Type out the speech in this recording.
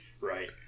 Right